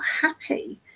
happy